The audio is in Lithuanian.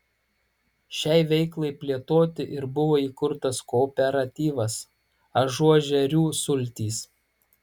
šiai veiklai plėtoti ir buvo įkurtas kooperatyvas ažuožerių sultys